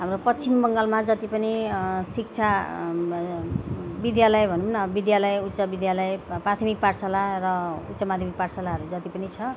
हाम्रो पश्चिम बङ्गालमा जति पनि शिक्षा विद्यालय भनौँ अब विद्यालय उच्च विद्यालय प्राथमिक पाठशाला र उच्च माध्यमिक पाठशालारू जति पनि छ